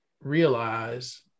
realize